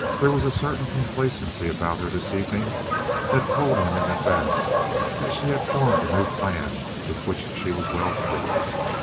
there was a certain complacency about her this evening that told him in advance that she had formed a new plan with which she was well pleased.